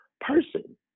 person